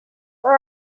with